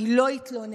היא לא התלוננה,